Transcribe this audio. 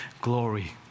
glory